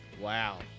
Wow